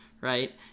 right